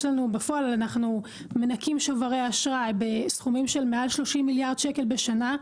בפועל אנחנו מנכים שוברי אשראי בסכומים של מעל 30 מיליארד שקל בשנה,